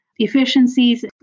efficiencies